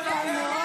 נאור,